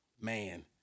man